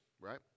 right